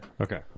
Okay